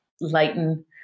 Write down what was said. lighten